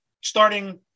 starting